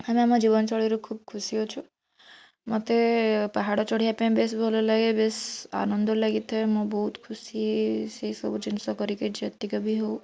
ଆମେ ଆମ ଜୀବନଶୈଳୀରେ ଖୁବ୍ ଖୁସି ଅଛୁ ମୋତେ ପାହାଡ଼ ଚଢ଼ିବା ପାଇଁ ବେସ୍ ଭଲଲାଗେ ବେସ୍ ଆନନ୍ଦ ଲାଗିଥାଏ ମୁଁ ବହୁତ ଖୁସି ସେ ସବୁ ଜିନିଷ କରିକି ଯେତିକ ବି ହଉ